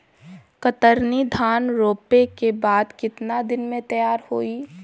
कतरनी धान रोपे के बाद कितना दिन में तैयार होई?